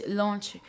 launch